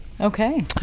Okay